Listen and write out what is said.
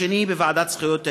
השני בוועדת זכויות הילד,